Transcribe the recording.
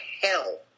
hell